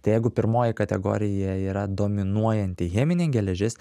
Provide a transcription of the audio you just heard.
tai jeigu pirmoji kategorija yra dominuojanti cheminė geležis